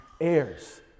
heirs